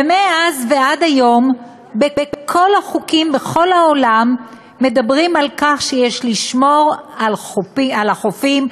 ומאז ועד היום בכל החוקים בכל העולם מדברים על כך שיש לשמור על החופים,